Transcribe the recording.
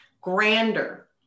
grander